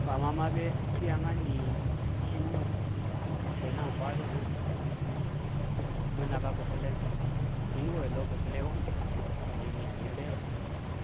Kwama mabe tiyangu ani yiw’u ke nang fwadu, ke nang delaki nu kine min naba kitule yinu we lokitule wu ane ni a yimbe we